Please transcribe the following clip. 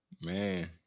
Man